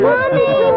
Mommy